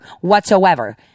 whatsoever